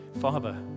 Father